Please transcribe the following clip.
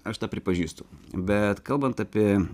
aš tą pripažįstu bet kalbant apie